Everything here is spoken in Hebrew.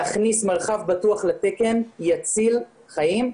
להכניס מרחב בטוח לתקן , דבר שיציל חיים.